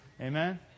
Amen